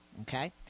okay